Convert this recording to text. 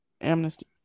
Amnesty